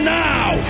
now